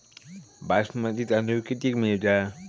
बासमती तांदूळ कितीक मिळता?